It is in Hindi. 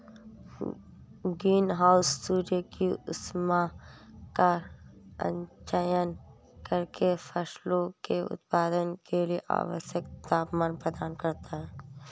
ग्रीन हाउस सूर्य की ऊष्मा का संचयन करके फसलों के उत्पादन के लिए आवश्यक तापमान प्रदान करता है